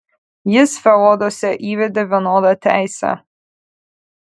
jis feoduose įvedė vienodą teisę